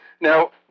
now